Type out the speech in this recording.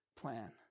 plan